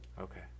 Okay